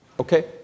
Okay